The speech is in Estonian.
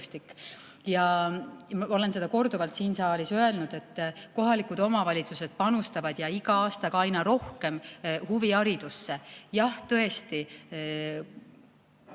Ma olen seda korduvalt siin saalis öelnud, et kohalikud omavalitsused panustavad iga aastaga aina rohkem huviharidusse. Jah, tõesti,